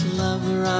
lover